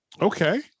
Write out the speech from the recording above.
Okay